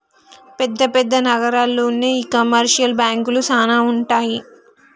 పెద్ద పెద్ద నగరాల్లోనే ఈ కమర్షియల్ బాంకులు సానా ఉంటాయి